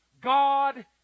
God